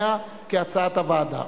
5 עבר בקריאה שנייה, כהצעת הוועדה.